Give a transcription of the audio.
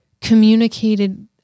communicated